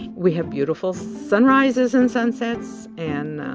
we have beautiful sunrises and sunsets and